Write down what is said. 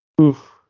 Oof